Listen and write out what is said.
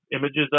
images